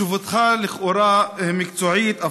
תשובתך לכאורה מקצועית,